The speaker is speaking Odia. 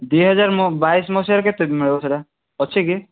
ଦୁଇ ହଜାର ବାଇଶ ମସିହାରେ କେତେ ମିଳିବ ସେଇଟା ଅଛି କି